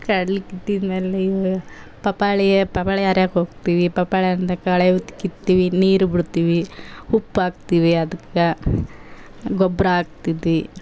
ಕಡ್ಲೆ ಕಿತ್ತಾದ್ ಮೇಲೆ ಇವು ಪಪ್ಪಾಯ ಪಪ್ಪಾಯ ಹರಿಯೋಕ್ ಹೋಗ್ತೀವಿ ಪಪ್ಪಾಯ ಕಳೆ ಕೀಳುತ್ತೀವಿ ನೀರು ಬಿಡ್ತೀವಿ ಉಪ್ಪು ಹಾಕ್ತೀವಿ ಅದಕ್ಕೆ ಗೊಬ್ಬರ ಹಾಕ್ತಿದ್ವಿ